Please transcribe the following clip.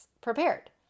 prepared